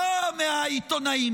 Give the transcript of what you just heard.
לא מהעיתונאים.